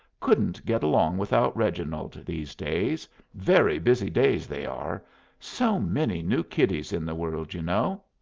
couldn't get along without reginald these days very busy days they are so many new kiddies in the world, you know.